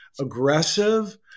aggressive